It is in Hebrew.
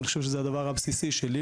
אני חושב שזה הדבר הבסיסי שלי,